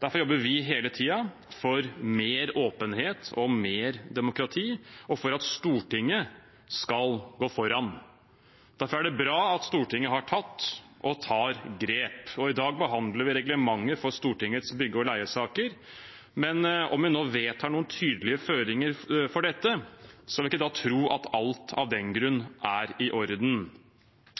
Derfor jobber vi hele tiden for mer åpenhet og mer demokrati og for at Stortinget skal gå foran. Derfor er det bra at Stortinget har tatt og tar grep. I dag behandler vi reglementet for Stortingets bygge- og leiesaker, men om vi nå vedtar noen tydelige føringer for dette, skal vi ikke tro at alt av den grunn er i orden.